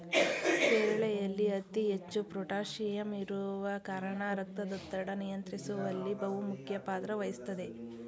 ಪೇರಳೆಯಲ್ಲಿ ಅತಿ ಹೆಚ್ಚು ಪೋಟಾಸಿಯಂ ಇರುವ ಕಾರಣ ರಕ್ತದೊತ್ತಡ ನಿಯಂತ್ರಿಸುವಲ್ಲಿ ಬಹುಮುಖ್ಯ ಪಾತ್ರ ವಹಿಸ್ತದೆ